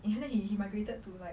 and then he migrated to like